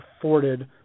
afforded